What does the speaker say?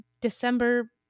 December